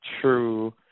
true